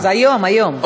היום, היום.